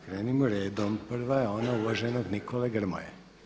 Krenimo redom, prva je ona uvaženog Nikole Grmoje.